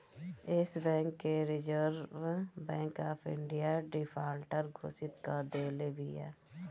एश Bank के Reserve Bank of India defaulter घोषित कअ देले बिया